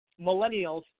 millennials